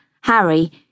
Harry